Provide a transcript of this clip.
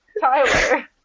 Tyler